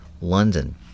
London